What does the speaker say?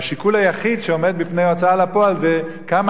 והשיקול היחיד שעומד בפני ההוצאה לפועל זה כמה